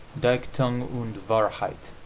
dichtung und wahrheit